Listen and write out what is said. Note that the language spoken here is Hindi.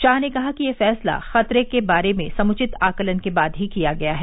शाह ने कहा कि यह फैसला खतरे के बारे में समुचित आकलन के बाद ही किया गया है